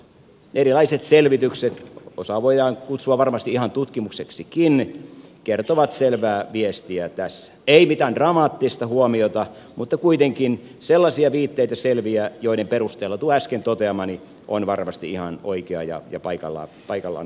erilaiset selvitykset osaa voidaan kutsua varmasti ihan tutkimuksiksikin kertovat selvää viestiä tässä eivät mitään dramaattista huomiota mutta kuitenkin sellaisia selviä viitteitä joiden perusteella tuo äsken toteamani on varmasti ihan oikea ja paikallaan oleva